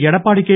Edappadi K